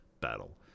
battle